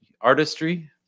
artistry